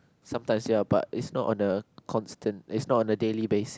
sometimes ya but it's not on a constant is not on a daily basis